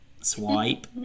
Swipe